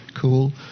cool